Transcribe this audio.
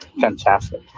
Fantastic